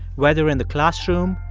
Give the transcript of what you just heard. whether in the classroom,